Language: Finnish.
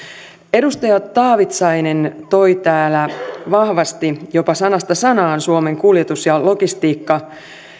edustaja taavitsainen toi täällä vahvasti jopa sanasta sanaan esiin suomen kuljetus ja logistiikka